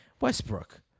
Westbrook